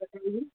بتائیے